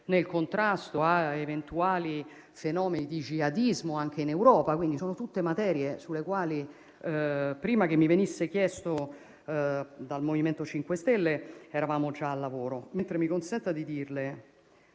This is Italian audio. nel contrasto a eventuali fenomeni di jihadismo anche in Europa. Sono tutte materie sulle quali, prima che mi venisse chiesto dal MoVimento 5 Stelle, eravamo già al lavoro. Mi consenta di dirle,